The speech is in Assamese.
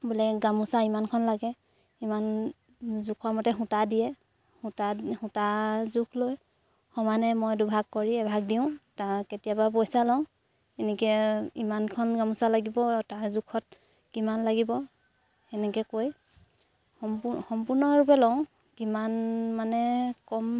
বোলে গামোচা ইমানখন লাগে ইমান জোখৰ মতে সূতা দিয়ে সূতা সূতা জোখ লৈ সমানে মই দুভাগ কৰি এভাগ দিওঁ তা কেতিয়াবা পইচা লওঁ এনেকে ইমানখন গামোচা লাগিব আৰু তাৰ জোখত কিমান লাগিব সেনেকে কৈ সম্পূ সম্পূৰ্ণৰূপে লওঁ কিমান মানে কম